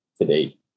today